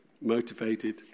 motivated